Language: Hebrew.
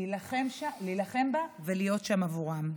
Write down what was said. להילחם בה ולהיות שם עבורן.